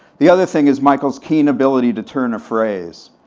the other thing is michael's keen ability to turn a phrase.